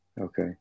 Okay